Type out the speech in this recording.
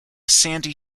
sandy